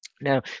Now